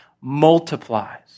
multiplies